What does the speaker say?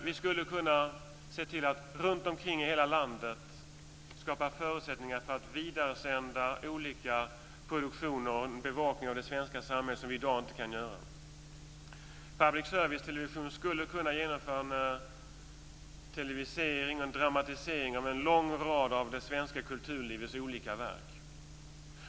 Vi skulle runt omkring i hela landet kunna skapa förutsättningar för att vidaresända olika produktioner och bevaka det svenska samhället på ett sätt som vi inte kan göra i dag. Public service-televisionen skulle kunna genomföra dramatiseringar av en lång rad av det svenska kulturlivets olika verk.